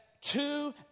two